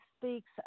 speaks